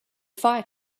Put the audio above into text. fire